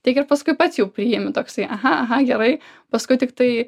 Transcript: tiek ir paskui pats jau priimi toksai aha aha gerai paskui tiktai